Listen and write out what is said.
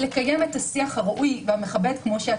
לקיים את השיח הראוי והמכבד לפי שאת